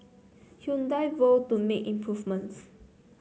Hyundai vowed to make improvements